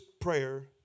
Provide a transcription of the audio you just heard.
prayer